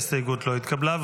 ההסתייגות לא התקבלה.